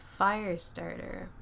Firestarter